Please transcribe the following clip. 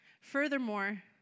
Furthermore